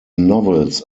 novels